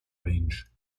range